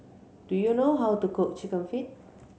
do you know how to cook Chicken Feet